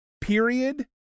period